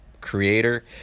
creator